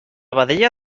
vedella